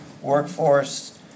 workforce